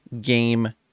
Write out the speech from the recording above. game